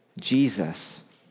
Jesus